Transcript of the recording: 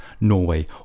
Norway